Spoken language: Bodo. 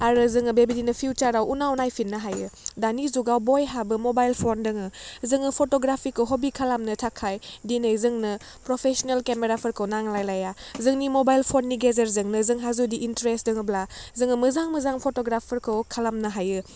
आरो जोङो बेबायदिनो फिउसाराव उनाव नायफिननो हायो दानि जुगाव बयहाबो मबाइल फन दोङो जोङो फट'ग्राफिखौ हबि खालामनो थाखाय दिनै जोंनो प्रफेशनेल केमेराफोरखौ नांलाय लाया जोंनि मबाइल फननि गेजेरजोंनो जोंहा जुदि इन्ट्रेस्ट दङोब्ला जोङो मोजां मोजां फट'ग्राफफोरखौ खालामनो हायो